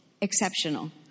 exceptional